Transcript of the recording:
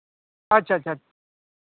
ᱟᱪᱪᱷᱟ ᱟᱪᱪᱷᱟ